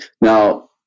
now